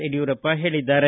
ಯಡಿಯೂರಪ್ಪ ಹೇಳಿದ್ದಾರೆ